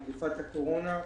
מגפת הקורונה,